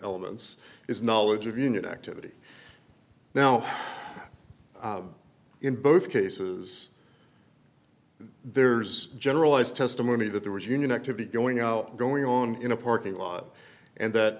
elements is knowledge of union activity now in both cases there's generalized testimony that there was union activity going out going on in a parking lot and that